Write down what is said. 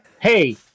Hey